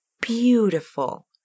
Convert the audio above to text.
beautiful